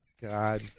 God